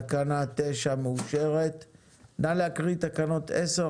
הצבעה תקנה 9 אושרה נא להקריא תקנות 10,